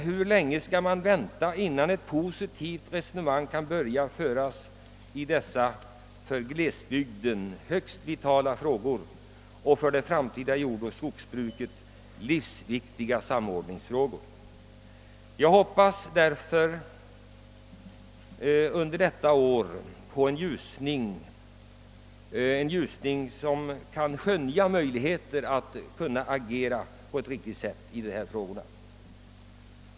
Hur länge skall man vänta innan ett positivt resonemang kan börja föras i dessa för glesbygden högst vitala frågor och för det framtida jordoch skogsbruket livsviktiga samordningsfrågor? Jag hoppas därför att det under detta år skall kunna skönjas en ljusning i möjligheterna att agera på ett sätt som leder till en praktisk lösning av dessa frågor.